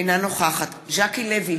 אינה נוכחת ז'קי לוי,